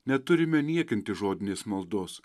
neturime niekinti žodinės maldos